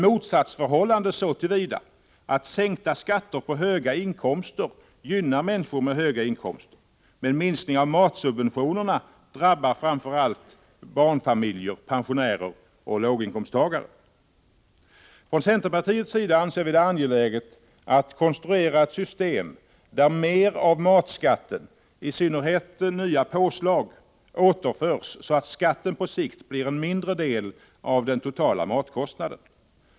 Motsatsförhållande finns så till vida att sänkta skatter på höga inkomster gynnar människor med höga inkomster, medan minskning av matsubventionerna drabbar framför allt barnfamiljer, pensionärer och låginkomsttagare. Från centerpartiets sida anser vi det angeläget att konstruera ett system där mer av matskatten, i synnerhet nya påslag, återförs, så att skatten på sikt blir en mindre del av den totala matkostnaden.